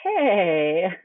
Hey